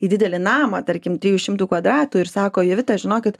į didelį namą tarkim trijų šimtų kvadratų ir sako jovita žinokit